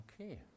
Okay